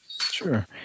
sure